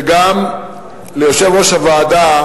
וגם ליושב-ראש הוועדה,